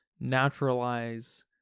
naturalize